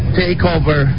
takeover